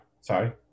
sorry